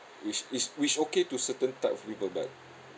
which is which okay to certain type of people but